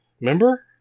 Remember